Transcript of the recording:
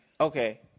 Okay